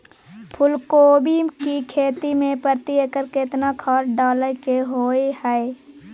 फूलकोबी की खेती मे प्रति एकर केतना खाद डालय के होय हय?